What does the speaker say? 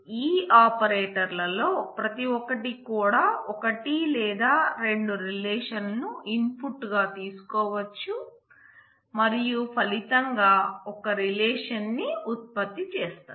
select గా తీసుకోవచ్చు మరియు ఫలితంగా ఒక రిలేషన్ని ఉత్పత్తి చేస్తాయి